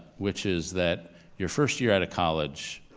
which is that your first year out of college,